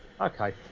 Okay